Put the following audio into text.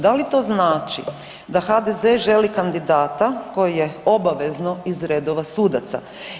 Da li to znači da HDZ želi kandidata koji je obavezno iz redova sudaca?